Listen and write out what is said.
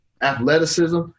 athleticism